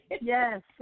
Yes